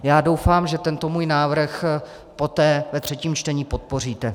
Já doufám, že tento můj návrh poté ve třetím čtení podpoříte.